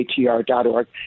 ATR.org